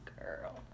girl